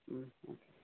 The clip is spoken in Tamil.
ம் ம்